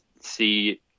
see